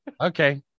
okay